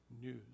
news